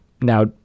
now